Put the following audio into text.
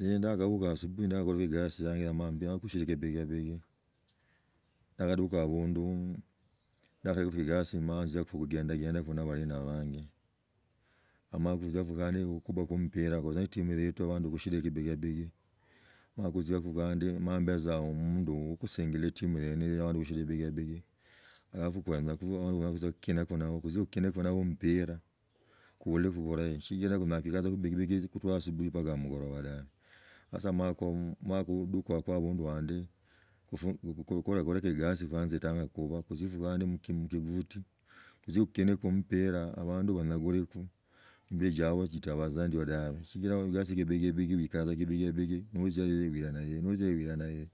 Lsa ndakabuga asubui ndakhagola egasi yonje, omb mbi ashiri mukibigibigi ndakaduka abundu ndakhaleka egosi matziaku khugendaku na abalina banje emata tziaku khandi khubaku omubira khuli ni elimu iletileku abandu khushi ne ekibigabigi bakuziaku gandi mambetza omundu wakushangilia timu yene hiyo ya abandu bashile na shibigabigi. Halafu kunyala tza yutzie khukuniko nnaba mpira khuuliko butata siichira zimaa khiba tza khubigibigi khuto asubui mbaka jioni sasa mwakadukak abundu hand kulakolekha egasi kwanza emotetaba ekuba gutze efwane mukiguti gutze khukiniko omera ja abandu banakurekw mbili jiabuse jitaba tsa ndio dabe sichira egasi ye shibiyabia oikata tza kibigabia notzia eyo noilatiaga.